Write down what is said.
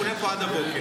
אנחנו נהיה פה עד הבוקר,